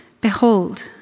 Behold